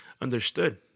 understood